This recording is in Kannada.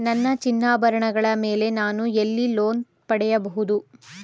ನನ್ನ ಚಿನ್ನಾಭರಣಗಳ ಮೇಲೆ ನಾನು ಎಲ್ಲಿ ಲೋನ್ ಪಡೆಯಬಹುದು?